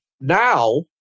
Now